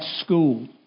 school